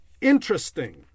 interesting